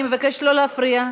אני מבקשת שלא להפריע.